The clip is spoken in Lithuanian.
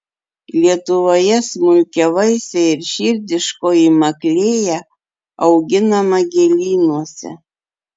lietuvoje smulkiavaisė ir širdiškoji maklėja auginama gėlynuose